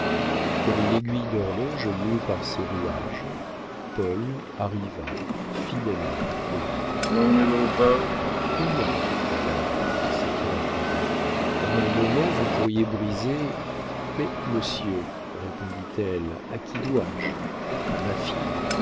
comme une aiguille d'horloge mue par ses rouages paul arriva fidèlement au but comment madame s'écria paul en un moment vous pourriez briser mais monsieur répondit-elle à qui dois-je à ma fille